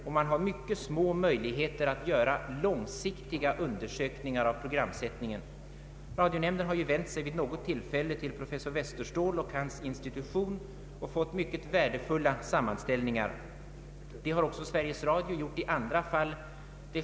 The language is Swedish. Det finns mycket små möjligheter att göra långsiktiga undersökningar av programsättningen. Radionämnden har vid något tillfälle vänt sig till professor Westerståhl och hans institution och fått mycket värdefulla undersökningar gjorda. Det har också Sveriges Radio gjort i andra fall.